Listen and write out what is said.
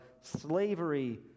slavery